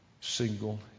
single